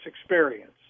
experience